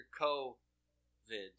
co-vid